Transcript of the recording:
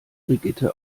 brigitte